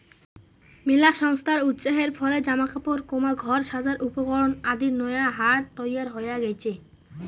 মেলা সংস্থার উৎসাহের ফলে জামা কাপড়, ঘর সাজার উপকরণ আদির নয়া হাট তৈয়ার হয়া গেইচে